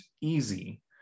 easy